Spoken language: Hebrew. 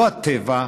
לא הטבע,